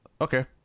Okay